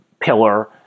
pillar